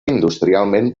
industrialment